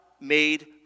made